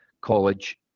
college